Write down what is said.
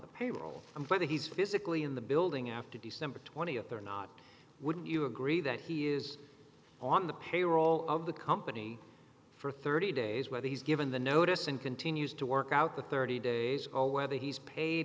the payroll i'm glad that he's physically in the building after december twentieth or not wouldn't you agree that he is on the payroll of the company for thirty days whether he's given the notice and continues to work out the thirty days all whether he's paid